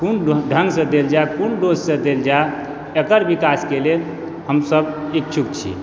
कोन ढङ्गसँ देल जाए कोन डोजसँ देल जाय एकर विकासके लेल हमसभ इच्छुक छी